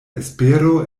espero